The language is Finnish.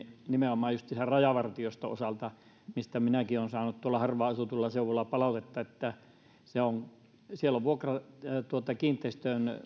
nimenomaan justiinsa rajavartioston osalta minäkin olen saanut harvaan asutuilla seuduilla palautetta että siellä on kiinteistöjen